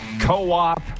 Co-op